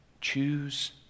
Choose